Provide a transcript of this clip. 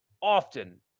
often